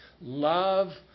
Love